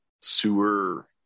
sewer